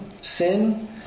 Sin